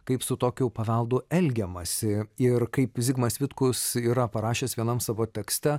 kaip su tokiu paveldu elgiamasi ir kaip zigmas vitkus yra parašęs vienam savo tekste